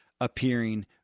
appearing